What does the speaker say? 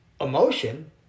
emotion